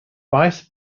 vice